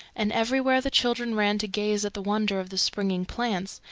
and everywhere the children ran to gaze at the wonder of the springing plants,